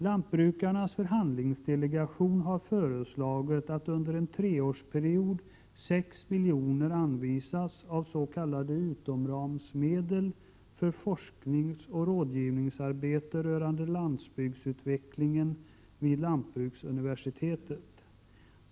Lantbrukarnas förhandlingsdelegation har föreslagit att under en treårsperiod 6 milj.kr. anvisas av s.k. utomramsmedel för forskningsoch rådgivningsarbete rörande landsbygdsutveckling vid lantbruksuniversitetet.